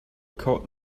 caught